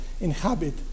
inhabit